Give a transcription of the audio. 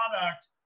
product